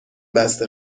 بسته